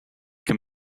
can